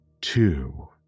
two